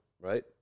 right